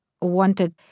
wanted